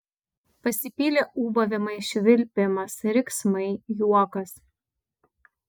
pasipylė ūbavimai švilpimas riksmai juokas